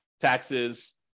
taxes